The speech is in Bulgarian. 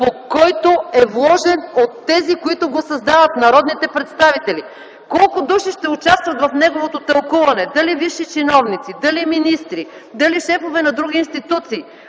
по който е вложен от тези, които го създават – народните представители. Колко души ще участват в неговото тълкуване – дали висши чиновници, дали министри, дали шефове на други институции?